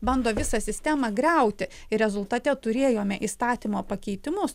bando visą sistemą griauti ir rezultate turėjome įstatymo pakeitimus